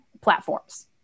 platforms